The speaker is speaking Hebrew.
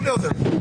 כולי אוזן.